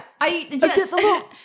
Yes